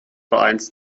vereins